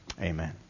Amen